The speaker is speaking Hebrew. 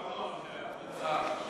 הוא גם לא נוכח.